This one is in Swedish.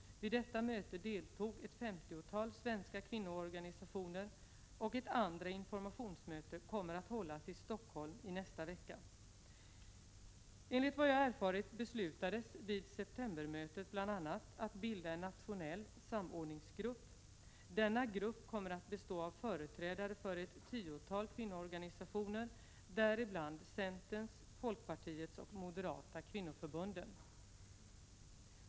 Vid detta möte deltog ett femtiotal svenska kvinnoorganisationer. Ett andra informationsmöte kommer att hållas i Stockholm i nästa vecka. Enligt vad jag erfarit beslutades vid septembermötet bl.a. att bilda en nationell samordningsgrupp. Denna grupp kommer att bestå av företrädare för ett tiotal kvinnoorganisationer, däribland centerns, folkpartiets och moderaternas kvinnoförbund.